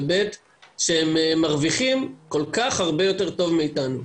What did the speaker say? ושהם מרוויחים כל כך הרבה יותר טוב מאתנו.